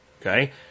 Okay